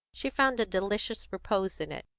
she found a delicious repose in it.